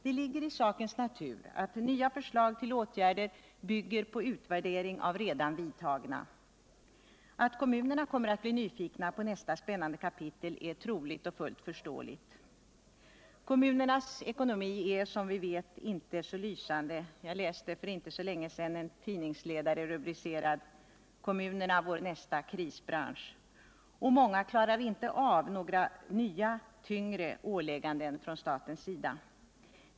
Det ligger i sakens natur att det nya förslaget till åtgärder bygger på en utvärdering av redan vidtagna. Det är troligt och fullt förståeligt att kommunerna kommer att bli nyfikna på nästa spännande kapitel. Kommunernas ekonomi är, som vi vet, inte så lysande. Jag läste för inte så länge sedan en tidningsledare, rubricerad Kommunerna, vår nästa krisbransch. Många klarar inte av nya tyngre ålägganden från statens sida.